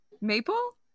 Maple